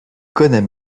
connait